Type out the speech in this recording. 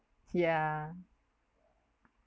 yeah